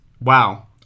wow